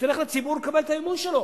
ושתלך לציבור לקבל את האמון שלו.